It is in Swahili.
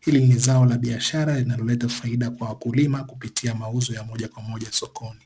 Hili ni zao la biashara linaloleta faida kwa wakulima, kupitia mauzo ya moja kwa moja sokoni.